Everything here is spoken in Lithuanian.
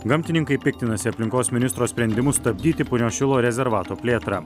gamtininkai piktinasi aplinkos ministro sprendimu stabdyti punios šilo rezervato plėtrą